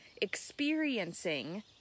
experiencing